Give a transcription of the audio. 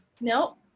Nope